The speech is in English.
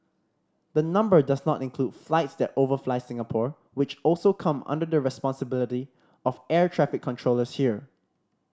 the number does not include flights that overfly Singapore which also come under the responsibility of air traffic controllers here